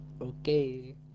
Okay